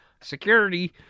Security